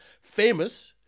famous